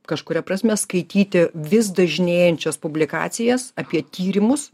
kažkuria prasme skaityti vis dažnėjančias publikacijas apie tyrimus